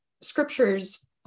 scriptures